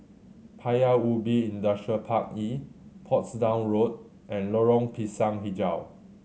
Paya Ubi Industrial Park E Portsdown Road and Lorong Pisang Hijau